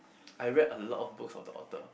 I read a lot of books of the author